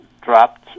dropped